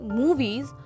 movies